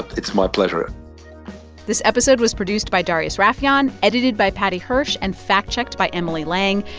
it's my pleasure this episode was produced by darius rafieyan, edited by paddy hirsch and fact-checked by emily lang.